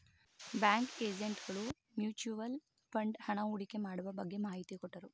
bank agent ಗಳು mutual fund ಹಣ ಹೂಡಿಕೆ ಮಾಡುವ ಬಗ್ಗೆ ಮಾಹಿತಿ ಕೊಟ್ಟರು